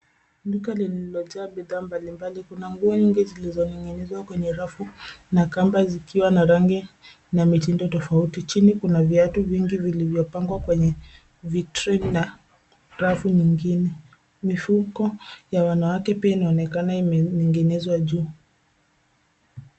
Duka lililojaa bidhaa mbalimbali kuna nguo nyingi zilizoninginizwa kwenye rafu na kamba zikiwa na rangi na mitindo tofauti. Chini kuna viatu vingi vilivyopangwa kwenye vitreni na rafu nyingine. Mifuko ya wanawake pia imening'inizwa juu.